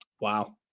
Wow